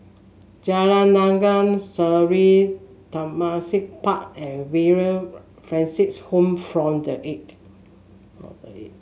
Jalan Naga Sari Tembusu Park and Villa Francis Home form the